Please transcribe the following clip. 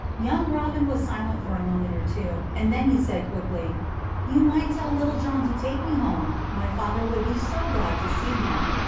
young robin was silent for a moment or two, and then he said quickly you might tell little john to take me home. my father would be so glad to see him.